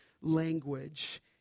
language